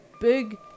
Big